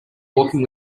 walking